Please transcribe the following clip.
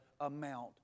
amount